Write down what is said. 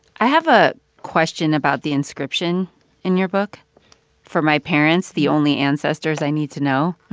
i have a question about the inscription in your book for my parents, the only ancestors i need to know.